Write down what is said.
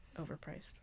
overpriced